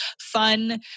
fun